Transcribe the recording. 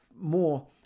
more